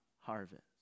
harvest